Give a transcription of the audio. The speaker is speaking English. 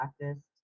practiced